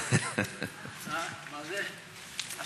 אדוני היושב-ראש,